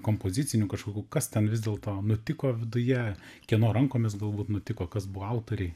kompozicinių kažkokių kas ten vis dėlto nutiko viduje kieno rankomis galbūt nutiko kas buvo autoriai